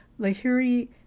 Lahiri